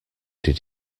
did